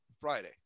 Friday